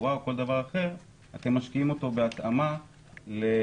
רפואה או כל דבר אחר אתם משקיעים בהתאמה ללקוחות?